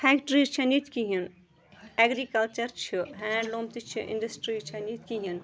factories چھَنہٕ ییٚتہِ کِہیٖنۍ اٮ۪گرِکَلچَر چھِ ہینٛڈلوٗم تہِ چھِ اِنٛڈَسٹرٛیٖز چھَنہٕ ییٚتہِ کِہیٖنۍ